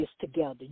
together